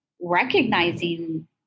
recognizing